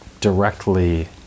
directly